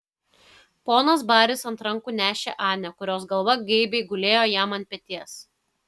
ponas baris ant rankų nešė anę kurios galva geibiai gulėjo jam ant peties